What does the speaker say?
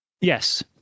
Yes